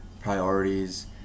priorities